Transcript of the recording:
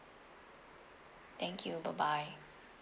thank you bye bye